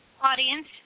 audience